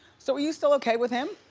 so are you still okay with him?